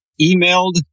emailed